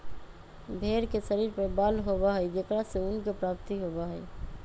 भेंड़ के शरीर पर बाल होबा हई जेकरा से ऊन के प्राप्ति होबा हई